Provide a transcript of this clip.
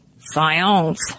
Science